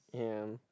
ya